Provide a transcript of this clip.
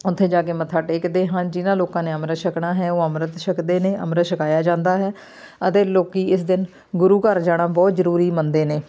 ਉੱਥੇ ਜਾ ਕੇ ਮੱਥਾ ਟੇਕਦੇ ਹਨ ਜਿਨ੍ਹਾਂ ਲੋਕਾਂ ਨੇ ਅੰਮ੍ਰਿਤ ਛਕਣਾ ਹੈ ਉਹ ਅੰਮ੍ਰਿਤ ਛਕਦੇ ਨੇ ਅੰਮ੍ਰਿਤ ਛਕਾਇਆ ਜਾਂਦਾ ਹੈ ਅਤੇ ਲੋਕ ਇਸ ਦਿਨ ਗੁਰੂ ਘਰ ਜਾਣਾ ਬਹੁਤ ਜ਼ਰੂਰੀ ਮੰਨਦੇ ਨੇ